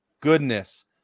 goodness